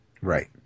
Right